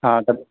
ہاں تب